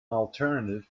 alternative